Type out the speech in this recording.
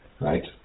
right